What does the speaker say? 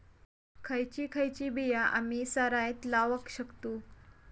खयची खयची बिया आम्ही सरायत लावक शकतु?